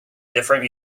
different